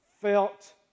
felt